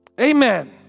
Amen